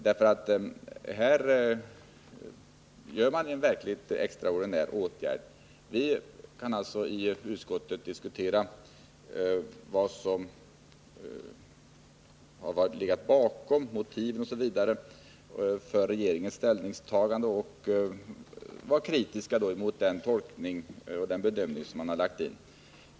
Här vi!l han genomföra en verkligt extraordinär åtgärd. Vi kan i utskottet diskutera motiven för regeringens ställningstagande och vara kritiska mot den bedömning som gjorts.